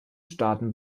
staaten